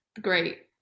Great